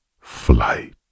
flight